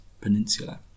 Peninsula